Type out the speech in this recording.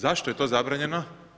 Zašto je to zabranjeno?